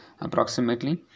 approximately